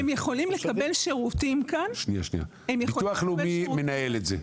הם יכולים לקבל שירותים כאן --- ביטוח לאומי מנהל את זה.